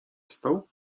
wstał